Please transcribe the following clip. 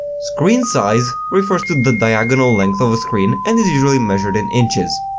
screen size refers to the diagonal length of a screen and is usually measured in inches.